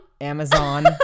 Amazon